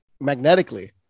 magnetically